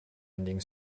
ending